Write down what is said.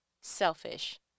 Selfish